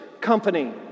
company